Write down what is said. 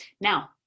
Now